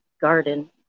garden